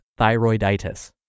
thyroiditis